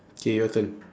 K your turn